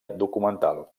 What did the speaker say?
documental